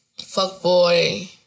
fuckboy